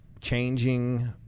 changing